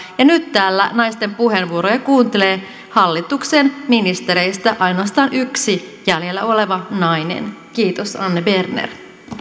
ja nyt täällä naisten puheenvuoroja kuuntelee hallituksen ministereistä ainoastaan yksi jäljellä oleva nainen kiitos anne berner